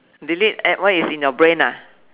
delete at what is in your brain ah